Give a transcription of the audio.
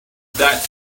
that